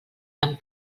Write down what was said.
amb